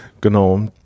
Genau